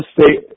State